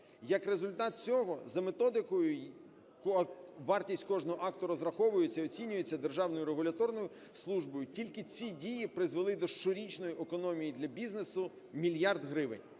Як результат цього, за методикою вартість кожного акту розраховується і оцінюється державною регуляторною службою. Тільки ці дії призвели до щорічної економії для бізнесу мільярд гривень.